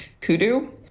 Kudu